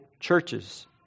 churches